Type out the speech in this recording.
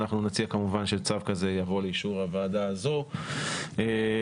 נכון שבפינוי בינוי נותנים טיפה יותר לשטחי ציבור וכו',